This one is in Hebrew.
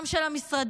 גם של המשרדים,